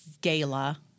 gala